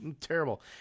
Terrible